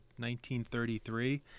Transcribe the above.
1933